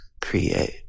Create